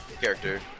Character